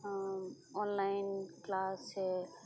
online class ᱥᱮ